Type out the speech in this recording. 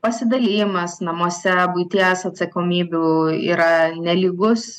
pasidalijimas namuose buities atsakomybių yra nelygus